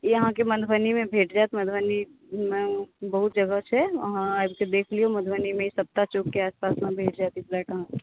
ई अहाँ के मधुबनी मे भेट जायत मधुबनी मे बहुत जगह छै अहाँ आबि कय देखि लियौ मधुबनी मे ई सप्ताह चौक के आसपास मे फ्लैट भेट जायत